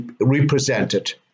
represented